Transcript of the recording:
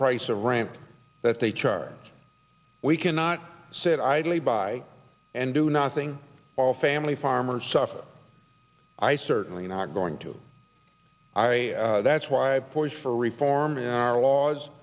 price of rent that they charge we cannot sit idly by and do nothing while family farmers suffer i certainly not going to i that's why boys for reform in our laws